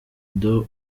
doe